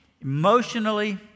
emotionally